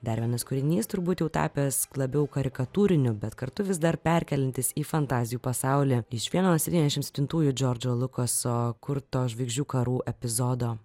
dar vienas kūrinys turbūt jau tapęs labiau karikatūriniu bet kartu vis dar perkeliantis į fantazijų pasaulį iš vienos septyniasdešim septintųjų džordžo lukaso kurto žvaigždžių karų epizodo